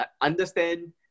understand